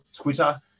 Twitter